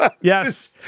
Yes